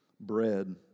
bread